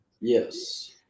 Yes